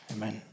Amen